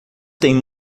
têm